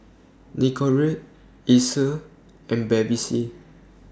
Nicorette Acer and Bevy C